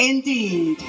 Indeed